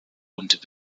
und